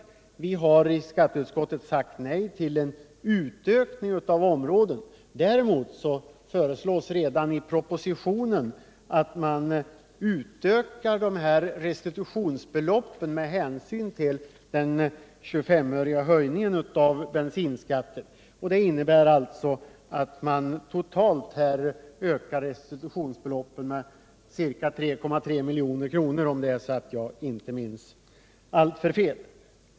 Men vi har i utskottet sagt nej till en utökning av sådana områden. Däremot föreslås det redan i propositionen att man utökar restitutionsbeloppet med hänsyn till höjningen av bensinskatten med 25 öre. Det innebär att restitutionsbeloppet har ökat med totalt 3,3 milj.kr. — om jag nu minns rätt.